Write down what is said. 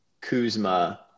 Kuzma